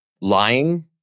Lying